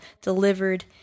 delivered